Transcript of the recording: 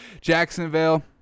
Jacksonville